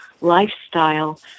lifestyle